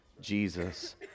Jesus